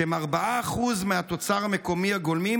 שהם 4% מהתוצר המקומי הגולמי,